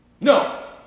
no